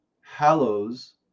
Hallows